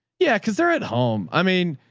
yeah. cause they're at home. i mean,